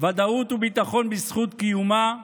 ודאות וביטחון בזכות קיומה,